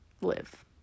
live